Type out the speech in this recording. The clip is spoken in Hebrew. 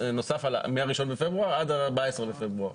מה-1 בפברואר עד ה-14 בפברואר.